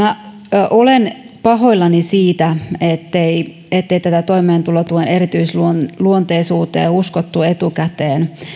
olen pahoillani siitä ettei ettei toimeentulotuen erityisluonteisuuteen uskottu etukäteen